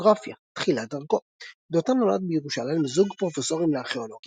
ביוגרפיה תחילת דרכו דותן נולד בירושלים לזוג פרופסורים לארכאולוגיה,